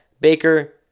Baker